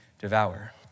devour